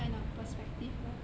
kind of perspective lah